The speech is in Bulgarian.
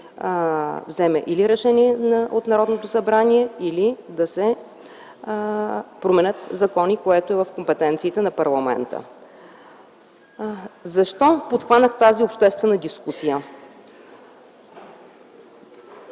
вземе или решение от Народното събрание, или да се променят законите, което е в компетенциите на парламента. Защо подхванах тази обществена дискусия?